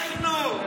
אנחנו.